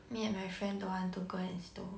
me and my friend don't want to go and stow